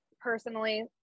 personally